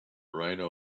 rhino